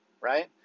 right